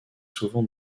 souvent